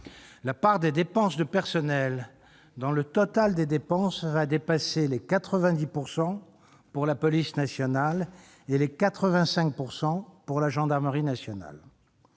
la part des dépenses de personnel dans le total des dépenses va dépasser 90 % pour la police nationale et 85 % pour la gendarmerie nationale.